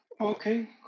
Okay